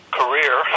career